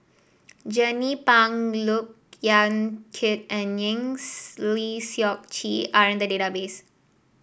Jernnine Pang Look Yan Kit and Engs Lee Seok Chee are in the database